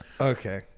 Okay